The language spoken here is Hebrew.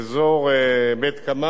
את הרמזור שלאחר מכן,